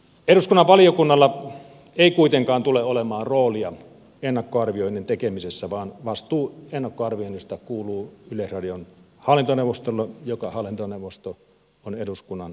eduskunnan valiokunnalla ei kuitenkaan tule olemaan roolia ennakkoarvioinnin tekemisessä vaan vastuu ennakkoarvioinnista kuuluu yleisradion hallintoneuvostolle joka on eduskunnan valitsema